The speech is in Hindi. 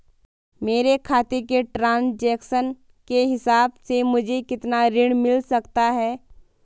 मेरे खाते के ट्रान्ज़ैक्शन के हिसाब से मुझे कितना ऋण मिल सकता है?